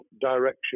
direction